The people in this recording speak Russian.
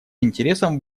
интересом